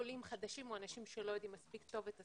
עולים חדשים או אנשים שלא יודעים מספיק טוב את השפה,